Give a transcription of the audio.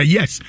Yes